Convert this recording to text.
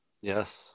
Yes